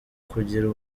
kugira